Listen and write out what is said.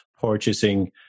purchasing